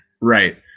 Right